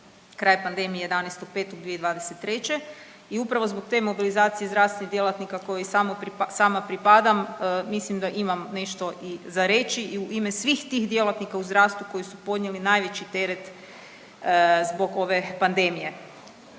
kraj pandemije 11.05.2023. i upravo zbog te mobilizacije zdravstvenih djelatnika koji samo, sama pripadam mislim da imam nešto i za reći i u ime svih tih djelatnika u zdravstvu koji su podnijeli najveći teret zbog ove pandemije.